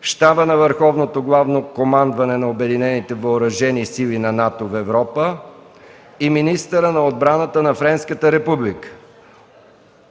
Щаба на Върховното главно командване на Обединените въоръжени сили на НАТО в Европа и министъра на отбраната на Френската република